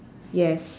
yes